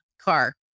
Car